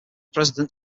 president